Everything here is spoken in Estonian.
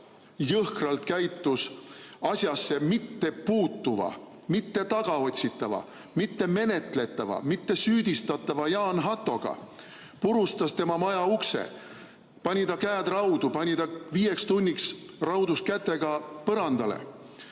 jõhkralt käitus asjasse mitte puutuva, mitte tagaotsitava, mitte menetletava, mitte süüdistatava Jaan Hattoga, purustas tema maja ukse, pani ta käed raudu, pani ta viieks tunniks raudus kätega põrandale